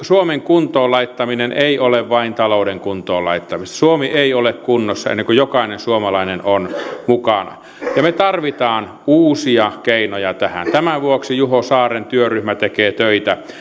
suomen kuntoon laittaminen ei ole vain talouden kuntoon laittamista suomi ei ole kunnossa ennen kuin jokainen suomalainen on mukana ja me tarvitsemme uusia keinoja tähän tämän vuoksi juho saaren työryhmä tekee töitä